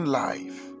life